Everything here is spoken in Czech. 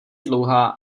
dlouhá